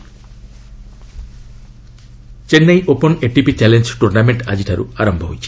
Chennai open Chennai open ATP challenger tournament ଆଜିଠାରୁ ଆରମ୍ଭ ହୋଇଛି